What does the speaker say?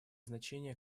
значение